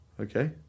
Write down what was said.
okay